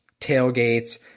tailgates